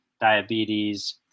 diabetes